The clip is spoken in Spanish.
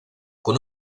con